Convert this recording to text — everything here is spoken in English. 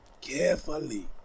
carefully